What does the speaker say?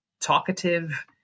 talkative